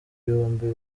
ibihumbi